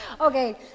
Okay